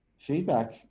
feedback